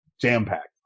jam-packed